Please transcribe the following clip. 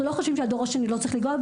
אנחנו לא חושבים שהדור השני לא צריך לנגוע.